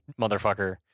Motherfucker